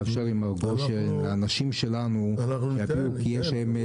תאפשר עם מר גושן לאנשים שלנו כי יש להם,